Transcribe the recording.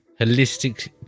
Holistic